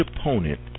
opponent